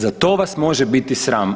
Za to vas može biti sram.